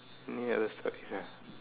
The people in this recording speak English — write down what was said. any other stories ah